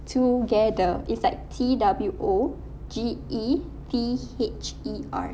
twogether it's like T W O G E T H E R